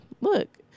look